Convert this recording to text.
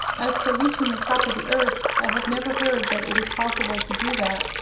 as for reaching the top of the earth, i have never heard that it is possible to do that,